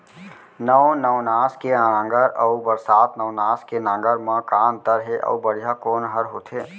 नौ नवनास के नांगर अऊ बरसात नवनास के नांगर मा का अन्तर हे अऊ बढ़िया कोन हर होथे?